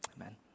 Amen